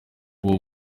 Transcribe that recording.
uwo